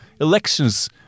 elections